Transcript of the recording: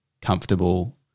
comfortable